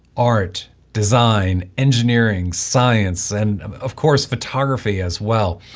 art, design, engineering, science, and of course photography as well.